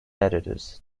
attitudes